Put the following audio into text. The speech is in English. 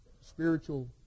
spiritual